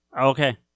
Okay